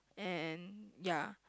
and ya